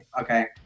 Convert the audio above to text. Okay